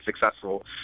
successful